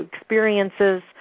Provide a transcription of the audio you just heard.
experiences